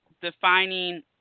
defining